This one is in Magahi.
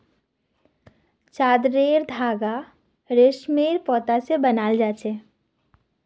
चादरेर धागा रेशमेर पत्ता स बनिल छेक